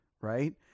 right